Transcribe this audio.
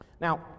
Now